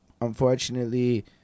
unfortunately